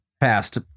past